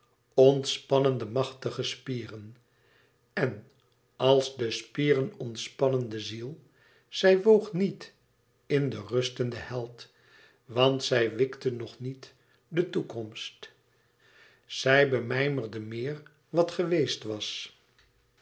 de machtige spieren en als de spieren ontspannen de ziel zij woog niet in den rustenden held want zij wikte nog niet de toekomst zij bemijmerde meer wat geweest was